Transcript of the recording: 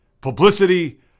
publicity